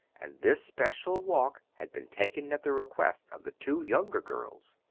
and this special walk had been taken at the request of the two younger girls.